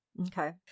Okay